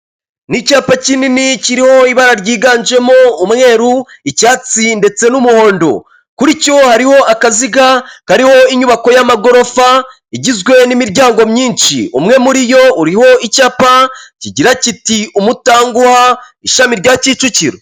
Ni icyapa kinini kiriho ibara ryiganjemo umweru, icyatsi ndetse n'umuhondo, kuri cyo hariho akaziga kariho inyubako y'amagorofa igizwe n'imiryango myinshi, umwe muri yo uriho icyapa kigira kiti umutanguha ishami rya Kicukiro.